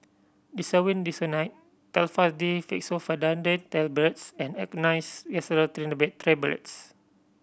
Desowen Desonide Telfast D Fexofenadine Tablets and Angised Glyceryl Trinitrate Tablets